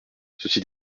ceci